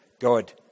god